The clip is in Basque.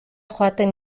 joaten